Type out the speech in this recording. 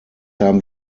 haben